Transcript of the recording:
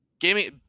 gaming